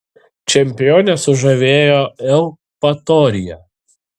čempionę sužavėjo eupatorija